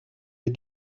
ait